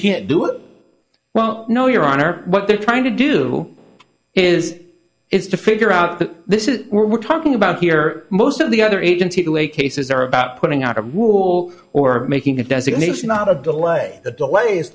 can't do it well no your honor what they're trying to do is is to figure out that this is we're talking about here most of the other agency to a case is there about putting out a rule or making a designation not a delay that delays